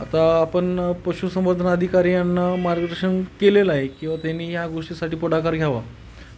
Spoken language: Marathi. आता आपण पशुसंवर्धन आधिकारी यांना मार्गदर्शन केलेलं आहे किंवा त्यांनी ह्या गोष्टीसाठी पुढाकार घ्यावा